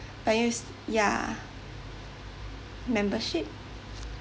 when you membership